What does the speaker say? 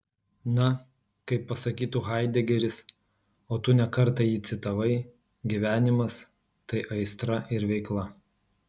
na kaip pasakytų haidegeris o tu ne kartą jį citavai gyvenimas tai aistra ir veikla